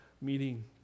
meeting